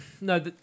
no